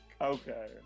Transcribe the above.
Okay